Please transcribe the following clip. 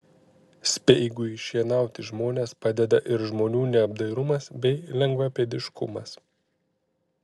speigui šienauti žmones padeda ir žmonių neapdairumas bei lengvapėdiškumas